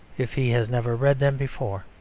if he has never read them before.